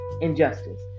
injustice